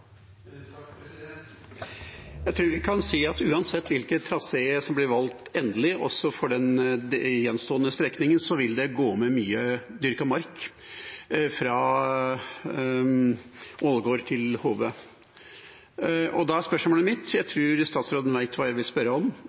Jeg tror vi kan si at uansett hvilken trasé som endelig blir valgt, også for den gjenstående strekningen, vil det gå med mye dyrket mark fra Ålgård til Hove. Da er spørsmålet mitt, og jeg tror statsråden vet hva jeg vil spørre om: